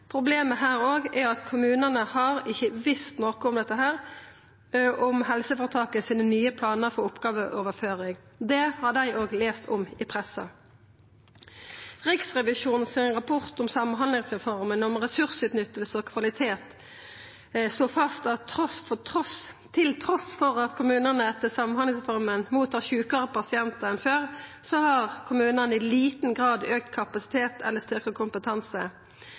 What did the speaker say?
Problemet òg her er at kommunane ikkje har visst noko om dei nye planane til helseføretaket om oppgåveoverføring. Det har dei lese om i pressa. Riksrevisjonens rapport om samhandlingsreforma, om ressursutnytting og kvalitet, slo fast at trass i at kommunane etter samhandlingsreforma tar imot sjukare pasientar enn før, har dei i liten grad auka kapasiteten eller